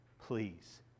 Please